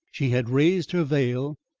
she had raised her veil.